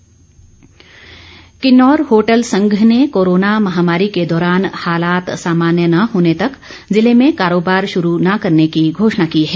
किन्नौर पर्यटन किन्नौर होटल संघ ने कोरोना महामारी के दौरान हालात सामान्य न होने तक जिले में कारोबार शुरू न करने की घोषणा की है